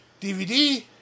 DVD